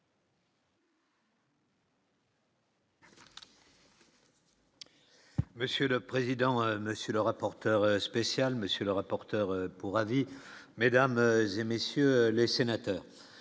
Monsieur le président, monsieur le rapporteur spécial, monsieur le rapporteur pour avis, mesdames et messieurs les sénateurs,